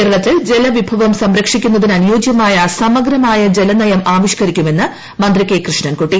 കേരളത്തിൽ ജലവിഭവം സംരക്ഷിക്കുന്നതിനു്യോജ്യമായ സമഗ്രമായ ജലനയം ആവിഷ്കരിക്കുമെന്ന് മന്ത്രി ക്ലെകൃഷ്ണൻകുട്ടി